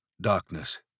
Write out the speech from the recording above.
Darkness